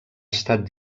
estat